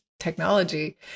technology